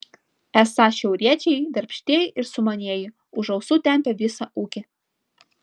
esą šiauriečiai darbštieji ir sumanieji už ausų tempią visą ūkį